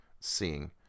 seeing